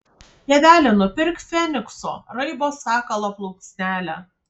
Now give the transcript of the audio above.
tėveli nupirk fenikso raibo sakalo plunksnelę